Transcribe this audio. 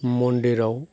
मन्दिराव